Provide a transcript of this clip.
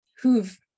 who've